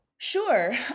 Sure